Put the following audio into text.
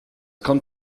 kommt